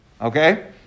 Okay